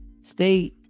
Stay